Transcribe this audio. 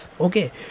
Okay